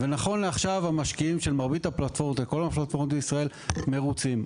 ונכון לעכשיו המשקיעים של מרבית הפלטפורמות בישראל מרוצים.